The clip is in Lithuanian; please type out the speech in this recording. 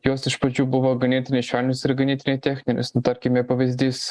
jos iš pradžių buvo ganėtinai švelnios ir ganėtinai techninė nu tarkime pavyzdys